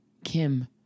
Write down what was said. Kim